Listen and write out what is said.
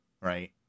Right